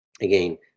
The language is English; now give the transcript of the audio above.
Again